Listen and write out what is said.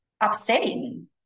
upsetting